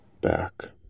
Back